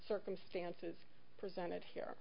circumstances presented here